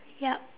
yup